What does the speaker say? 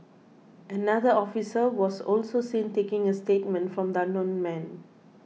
another officer was also seen taking a statement from the unknown man